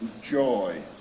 joy